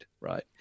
right